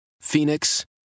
Phoenix